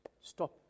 stop